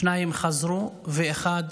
שניים חזרו, ואחד